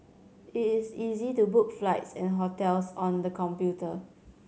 it is easy to book flights and hotels on the computer